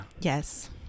Yes